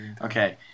Okay